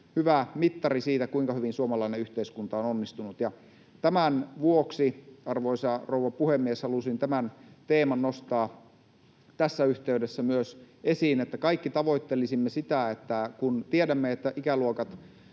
hyvä mittari siitä, kuinka hyvin suomalainen yhteiskunta on onnistunut. Tämän vuoksi, arvoisa rouva puhemies, halusin tämän teeman nostaa tässä yhteydessä myös esiin, että kaikki tavoittelisimme määrätietoisesti sitä — kun tiedämme, että ne ikäluokat